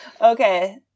Okay